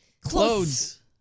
Clothes